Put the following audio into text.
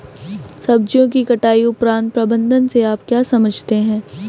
सब्जियों की कटाई उपरांत प्रबंधन से आप क्या समझते हैं?